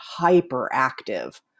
hyperactive